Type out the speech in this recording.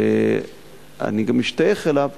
שאני גם משתייך אליו,